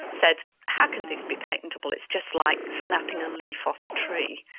said, how can this be patentable? it's just like snapping a leaf off a tree.